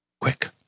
Quick